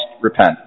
repent